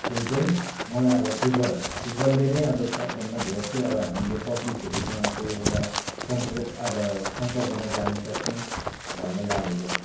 खेल चाहिँ मलाई अब फुटबल फुटबलले नै अब सबभन्दा धेर चाहिँ अब हामी पब्लिकहरूसँगको एउटा कन्ट्रे अब सम्पर्कमा जानुसक्छौँ भन्ने लागेको छ